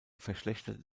verschlechterte